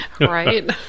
Right